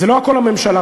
וזה לא הכול הממשלה,